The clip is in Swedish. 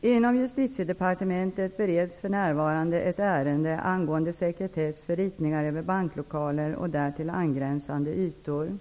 Inom Justitiedepartementet bereds för närvarande ett ärende angående sekretess för ritningar över banklokaler och därtill angränsande ytor.